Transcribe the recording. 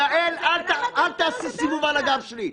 אל תעשי סיבוב על הגב שלי.